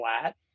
flat